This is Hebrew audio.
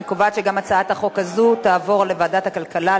אני קובעת שגם הצעת החוק הזאת תועבר לוועדת הכלכלה,